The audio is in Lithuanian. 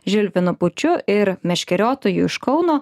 žilvinu pūčiu ir meškeriotojų iš kauno